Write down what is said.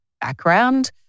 background